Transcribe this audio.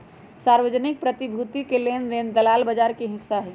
सार्वजनिक प्रतिभूति के लेन देन दलाल बजार के हिस्सा हई